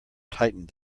tightened